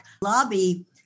lobby